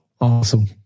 Awesome